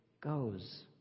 goes